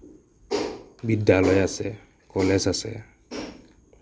বিদ্যালয় আছে কলেজ আছে